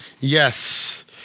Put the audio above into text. Yes